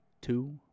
two